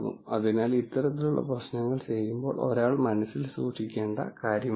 അതിനാൽ ഇത്തരത്തിലുള്ള പ്രശ്നങ്ങൾ ചെയ്യുമ്പോൾ ഒരാൾ മനസ്സിൽ സൂക്ഷിക്കേണ്ട കാര്യമാണിത്